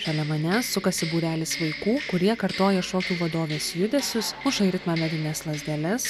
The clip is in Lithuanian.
šalia manęs sukasi būrelis vaikų kurie kartoja šokių vadovės judesius muša į ritmą medines lazdeles